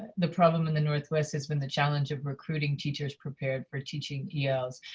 the problem in the northwest has been the challenge of recruiting teachers prepared for teaching yeah els.